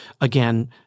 again